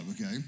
okay